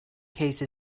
case